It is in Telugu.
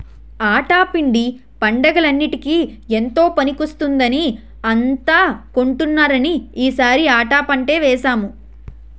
ఆటా పిండి పండగలన్నిటికీ ఎంతో పనికొస్తుందని అంతా కొంటున్నారని ఈ సారి ఆటా పంటే వేసాము